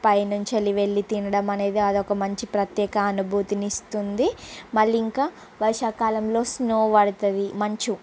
పైనుంచి వెళ్లివెళ్లి తినడం అనేది అది ఒక మంచి ప్రత్యేక అనుభూతిని ఇస్తుంది మళ్ళీ ఇంకా వర్షా కాలంలో స్నో పడుతుంది మంచు